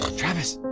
travis.